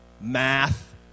math